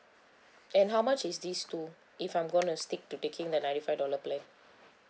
and how much is this too if I'm gonna stick to taking that ninety five dollar plan